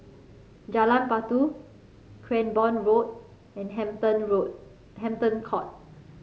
Jalan Batu Cranborne Road and Hampton Road Hampton Court